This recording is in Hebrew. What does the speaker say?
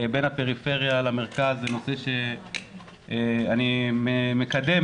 בין הפריפריה למרכז זה נושא שאני מקדם,